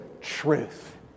truth